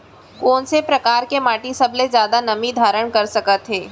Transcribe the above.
कोन से परकार के माटी सबले जादा नमी धारण कर सकत हे?